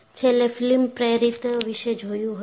છેલ્લે ફિલ્મ પ્રેરિત ક્લીવેજ વિશે જોયું હતું